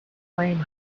flame